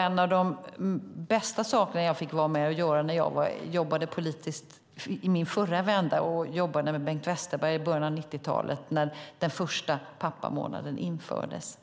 En av de bästa sakerna jag var med om när jag förra gången jobbade politiskt i början av 90-talet med Bengt Westerberg var när den första pappamånaden infördes.